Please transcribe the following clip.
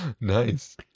Nice